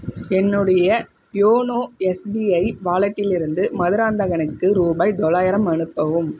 என்னுடைய YONO SBI வாலட்டிலிருந்து மதுராந்தகனுக்கு ரூபாய் தொள்ளாயிரம் அனுப்பவும்